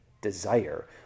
desire